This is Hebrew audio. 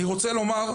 אני רוצה לומר,